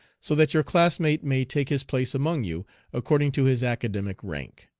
so that your classmate may take his place among you according to his academic rank.